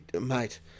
Mate